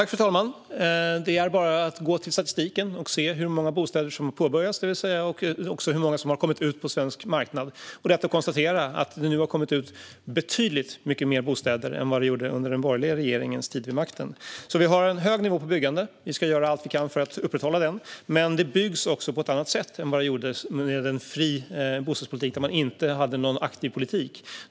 Fru talman! Det är bara att gå till statistiken och se hur många bostäder som börjat byggas och hur många som har kommit ut på den svenska marknaden. Det är lätt att konstatera att det nu har kommit ut betydligt fler bostäder än det gjorde under den borgerliga regeringens tid. Vi har en hög nivå på byggandet och ska göra allt vi kan för att upprätthålla den. Det byggs också på ett annat sätt än under tiden med en fri bostadspolitik, då man inte hade någon aktiv politik.